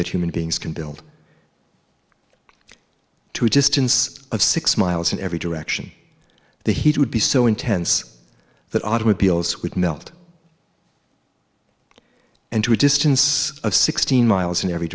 that human beings can build to a distance of six miles in every direction the heat would be so intense that automobiles would melt into a distance of sixteen miles in every